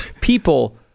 People